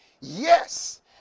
yes